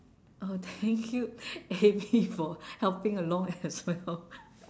oh thank you avie for helping along as well